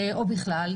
או בכלל,